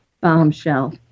Bombshell